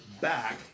back